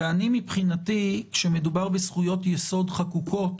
מבחינתי כשמדובר בזכויות-יסוד חקוקות